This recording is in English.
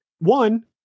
one